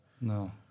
No